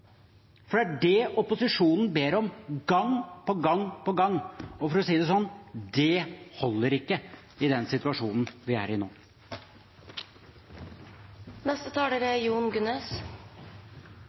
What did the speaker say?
For det er det opposisjonen ber om, gang på gang på gang. Det holder ikke i den situasjonen vi er i nå. Jeg hører at Arbeiderpartiet, og i særdeleshet representanten Barth Eide, er